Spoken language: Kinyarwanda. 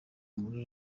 muri